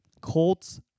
Colts